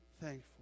thankful